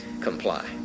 comply